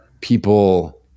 people